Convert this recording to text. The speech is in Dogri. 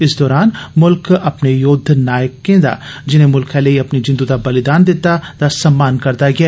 इस दौरान म्ल्ख अपने योद्दां नायकें दा जिनें म्ल्खै लेई अपनी जिन्द् दा बलिदान दिता उन्दा सम्मान करदा ऐ